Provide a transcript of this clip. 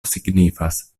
signifas